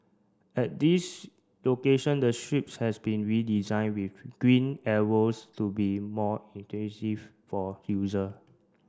at these location the strips has been redesigned with green arrows to be more for user